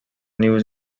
news